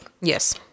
Yes